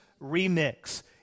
Remix